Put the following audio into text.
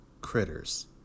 Critters